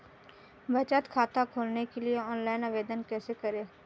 बचत खाता खोलने के लिए ऑनलाइन आवेदन कैसे करें?